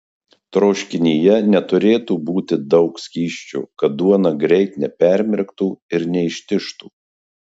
troškinyje neturėtų būti daug skysčio kad duona greit nepermirktų ir neištižtų